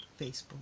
Facebook